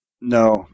No